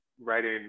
writing